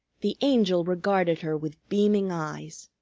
the angel regarded her with beaming eyes.